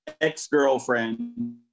ex-girlfriend